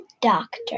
doctor